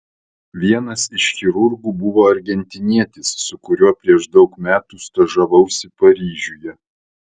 vienas iš chirurgų buvo argentinietis su kuriuo prieš daug metų stažavausi paryžiuje